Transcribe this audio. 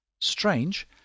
Strange